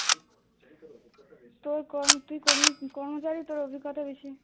তোর ক তুই কর্মী কর্মচারী তোর অভিজ্ঞতা বেশি